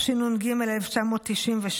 התשנ"ג 1993,